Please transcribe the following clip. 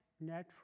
natural